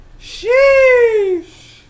Sheesh